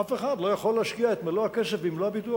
אף אחד לא יכול להשקיע את מלוא הכסף במלוא הביטוח.